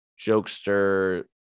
jokester